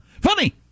Funny